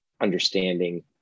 understanding